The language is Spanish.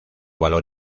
valor